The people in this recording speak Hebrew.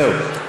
זהו,